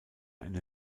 eine